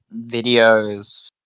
videos